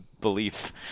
belief